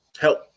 help